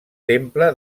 temple